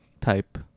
Type